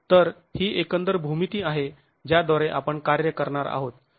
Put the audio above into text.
तर ही एकंदर भूमिती आहे ज्याद्वारे आपण कार्य करणार आहोत